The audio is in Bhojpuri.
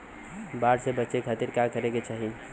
बाढ़ से बचे खातिर का करे के चाहीं?